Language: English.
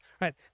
right